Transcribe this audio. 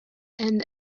and